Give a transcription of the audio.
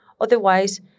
Otherwise